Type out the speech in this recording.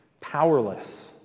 powerless